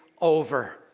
over